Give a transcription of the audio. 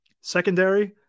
Secondary